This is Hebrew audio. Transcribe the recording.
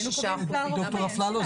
דוקטור אפללו,